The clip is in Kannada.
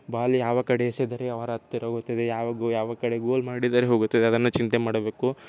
ಬಾಲ್ ಯಾವ ಕಡೆ ಎಸೆದರೆ ಅವರ ಹತ್ತಿರ ಹೋಗುತ್ತದೆ ಯಾವುದು ಯಾವ ಕಡೆ ಗೋಲ್ ಮಾಡಿದರೆ ಹೋಗುತ್ತದೆ ಅದನ್ನು ಚಿಂತೆ ಮಾಡಬೇಕು